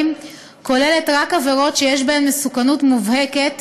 כוללת רק עבירות שיש בהן מסוכנות מובהקת,